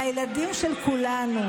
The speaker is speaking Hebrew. לילדים של כולנו,